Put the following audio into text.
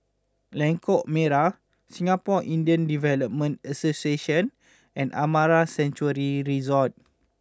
Lengkok Merak Singapore Indian Development Association and Amara Sanctuary Resort